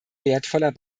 wertvoller